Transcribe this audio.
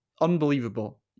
unbelievable